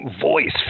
voice